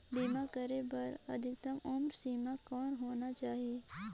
बीमा करे बर अधिकतम उम्र सीमा कौन होना चाही?